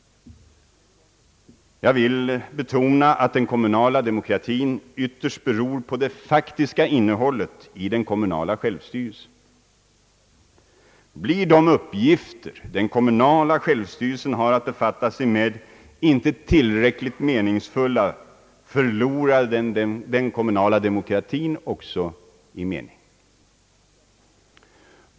Jag vill betona att den kommunala demokratin ytterst beror på det faktiska innehållet i den kommunala självstyrelsen. Blir de uppgifter den kommunala självstyrelsen har att befatta sig med inte tillräckligt meningsfulla, förlorar den kommunala demokratin också i mening.